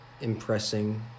impressing